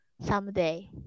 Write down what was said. someday